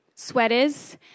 sweaters